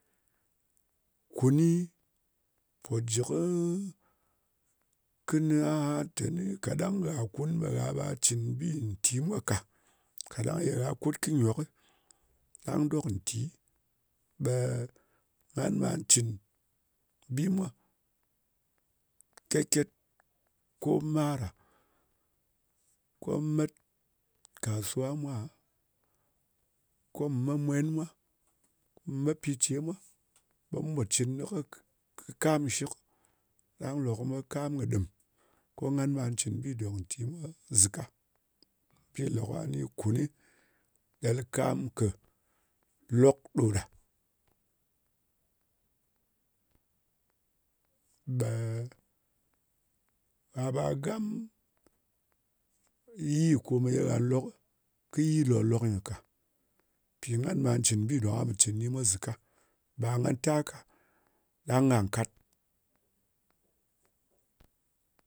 Kunɨ po ji kɨnɨ aha, teni kaɗang gha kunɨ, ɓe gha ɓa cɨn bi don nti mwa ka ka ɗang ye gha kut kɨ nyokɨ. Ɗang dok nti, ɓe ngan ɓa cɨn bi mwa ket-ket. Ko mar a? Ko met kɨ kasuwa mwa? Ko mù me mwen mwa, ko mù me pi ce mwa, ɓe mu pò cɨn kɨnɨ kɨ kam nshɨk. Ɗang lòk-lok nyɨ ɓe kam kɨ ɗɨm ngan ɓe cɨn bi dòk nti mwa zɨka. Bi lē ka ni kunɨ ɗel kam kɨ lok ɗo ɗa. Ɓe gha ɓa gam yi komeye ghà nlok, kɨ yi lòk-lok nyɨ ka. Mpì ngan ɓa cɨn bi dòk nga pò cɨn kɨni mwa zɨk. Ɓa nga ta ka, ɗang nga kat.